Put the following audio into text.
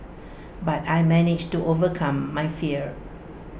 but I managed to overcome my fear